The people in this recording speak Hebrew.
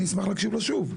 אני אשמח להקשיב לו שוב.